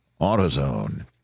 AutoZone